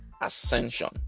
ascension